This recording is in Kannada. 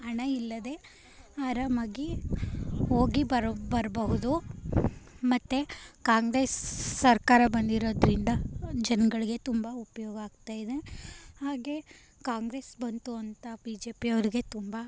ಹಣ ಇಲ್ಲದೇ ಆರಾಮಾಗಿ ಹೋಗಿ ಬರ ಬರಬಹುದು ಮತ್ತು ಕಾಂಗ್ರೆಸ್ ಸರ್ಕಾರ ಬಂದಿರೋದರಿಂದ ಜನಗಳಿಗೆ ತುಂಬ ಉಪಯೋಗ ಆಗ್ತಾಯಿದೆ ಕಾಂಗ್ರೆಸ್ ಬಂತು ಅಂತ ಬಿ ಜೆ ಪಿಯವ್ರಿಗೆ ತುಂಬ